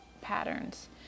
Patterns